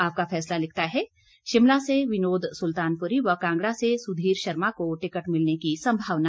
आपका फैसला लिखता है शिमला से विनोद सुल्तानपुरी व कांगड़ा से सुधीर शर्मा को टिकट मिलने की संभावना